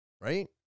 right